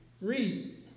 Read